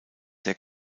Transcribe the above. der